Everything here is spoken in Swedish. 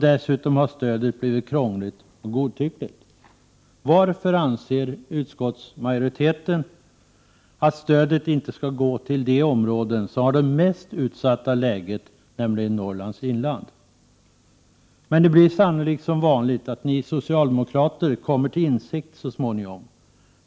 Dessutom har stödet blivit krångligt och godtyckligt. Varför anser utskottsmajoriteten att stödet inte skall gå till de områden som har det mest utsatta läget, nämligen Norrlands inland? Men det blir sannolikt som vanligt, att ni socialdemokrater kommer till insikt så småningom.